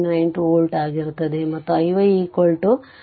92 volt ಆಗಿರುತ್ತದೆ ಮತ್ತು iy 3